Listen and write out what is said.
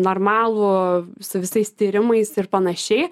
normalų su visais tyrimais ir panašiai